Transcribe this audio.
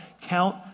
count